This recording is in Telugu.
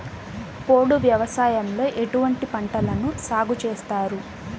పోడు వ్యవసాయంలో ఎటువంటి పంటలను సాగుచేస్తారు?